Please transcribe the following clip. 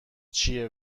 چیه